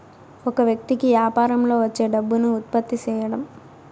ఒక వ్యక్తి కి యాపారంలో వచ్చే డబ్బును ఉత్పత్తి సేయడం